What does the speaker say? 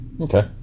Okay